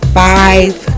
five